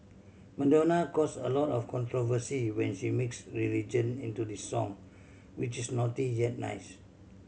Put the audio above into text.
Madonna caused a lot of controversy when she mixed religion into this song which is naughty yet nice